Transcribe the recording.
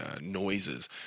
noises